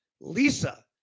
Lisa